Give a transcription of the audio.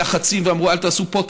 ואמרו: אל תעשו פה,